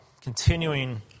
continuing